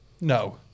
No